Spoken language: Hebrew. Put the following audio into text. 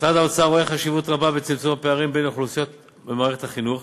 משרד האוצר רואה חשיבות רבה בצמצום הפערים בין אוכלוסיות במערכת החינוך.